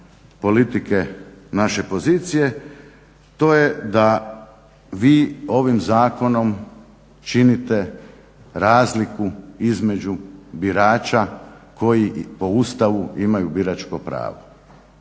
politike naše pozicije to je da vi ovim zakonom činite razliku između birača koji i po Ustavu imaju biračko pravo.